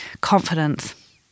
Confidence